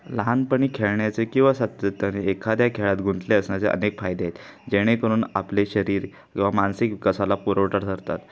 लहानपणी खेळण्याचे किंवा सातत्याने एखाद्या खेळात गुंतले असण्याचे अनेक फायदे आहेत जेणेकरून आपले शरीर किंवा मानसिक विकासाला पुरवठा ठरतात